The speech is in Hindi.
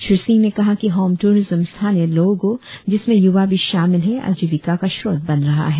श्री सिंह ने कहा कि हॉम टूरिजम स्थानीय लोग जिसमें युवा भी शामिल है आजीविका का स्रोत बन रहा है